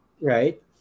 Right